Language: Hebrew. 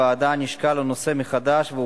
חוק לפיקוח על ייצור הצמח ושיווקו,